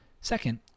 Second